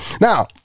Now